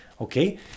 Okay